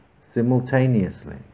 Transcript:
simultaneously